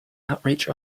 outreach